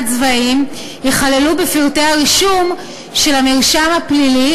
הצבאיים ייכללו בפרטי הרישום של המרשם הפלילי,